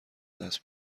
دست